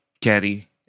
Caddy